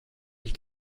ich